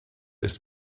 ist